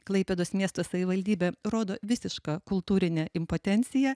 klaipėdos miesto savivaldybė rodo visišką kultūrinę impotenciją